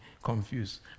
Confused